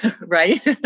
Right